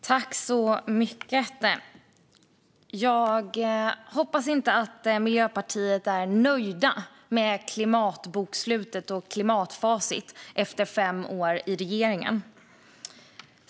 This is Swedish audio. Herr talman! Jag hoppas att Miljöpartiet inte är nöjda med klimatbokslutet och klimatfacit efter fem år i regeringen.